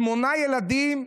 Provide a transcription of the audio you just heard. שמונה ילדים,